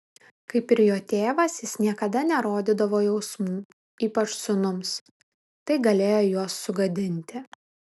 kaip ir jo tėvas jis niekada nerodydavo jausmų ypač sūnums tai galėjo juos sugadinti